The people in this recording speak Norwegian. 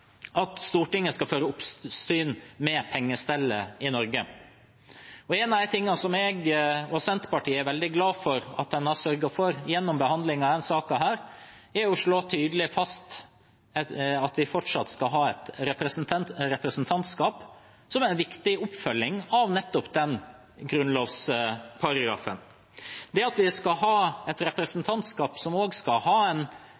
at Stortinget skal «føre oppsyn med pengestellet i riket». En av de tingene som jeg og Senterpartiet er veldig glad for at en har sørget for gjennom behandlingen av denne saken, er å slå tydelig fast at vi fortsatt skal ha et representantskap – noe som er en viktig oppfølging av nettopp den grunnlovsparagrafen, ved at vi skal ha et representantskap som også skal ha